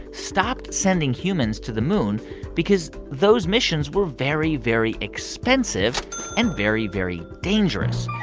stopped sending humans to the moon because those missions were very, very expensive and very, very dangerous.